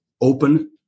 open